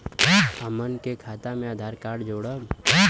हमन के खाता मे आधार कार्ड जोड़ब?